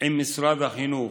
עם משרד החינוך.